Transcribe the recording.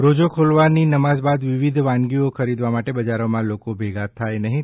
રોજો ખોલવાની નમાજ બાદ વિવિધ વાનગીઓ ખરીદવા માટે બજારોમાં લોકો ભેગા થાય નહિં